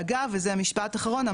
ואגב וזה המשפט האחרון,